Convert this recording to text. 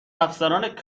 افسران